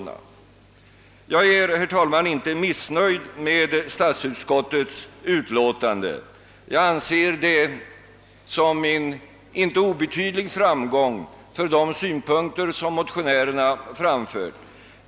Jag är, herr talman, inte missnöjd med statsutskottets utlåtande. Jag anser det som en inte obetydlig framgång för de synpunkter som motionärerna framfört.